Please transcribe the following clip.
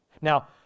Now